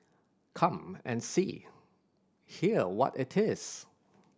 come and see hear what it is